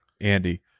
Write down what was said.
Andy